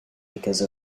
because